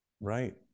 right